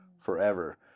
forever